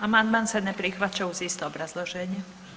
Amandman se ne prihvaća uz isto obrazloženje.